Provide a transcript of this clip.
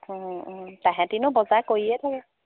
তাহাতিতো বজাৰ কৰিয়ে ফুৰে